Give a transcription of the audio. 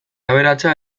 aberatsa